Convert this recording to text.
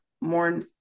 more